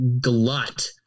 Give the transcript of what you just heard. glut